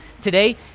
Today